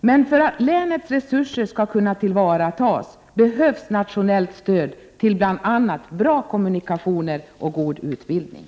Men för att länets resurser skall kunna tillvaratas behövs nationellt stöd till bl.a. bra kommunikationer och god utbildning.